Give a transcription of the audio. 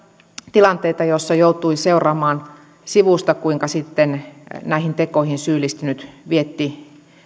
tilanteita joissa joutui seuraamaan sivusta kuinka sitten näihin tekoihin syyllistynyt vietti